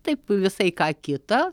taip visai ką kita